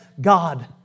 God